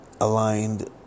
aligned